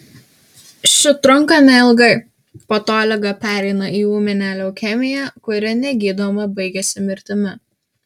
ši trunka neilgai po to liga pereina į ūminę leukemiją kuri negydoma baigiasi mirtimi